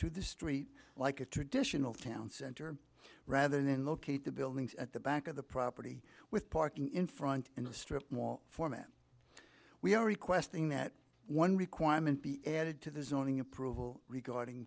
to the street like a traditional town center rather than locate the buildings at the back of the property with parking in front and a strip mall for man we are requesting that one requirement be added to the zoning approval regarding